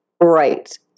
Right